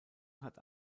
hat